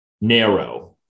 narrow